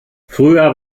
früher